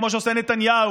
כמו שעושה נתניהו.